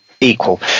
equal